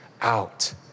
out